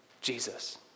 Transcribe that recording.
Jesus